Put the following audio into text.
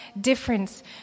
difference